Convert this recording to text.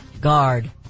Guard